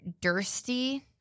Dursty